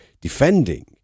defending